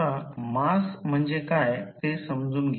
आता मास म्हणजे काय ते समजून घ्या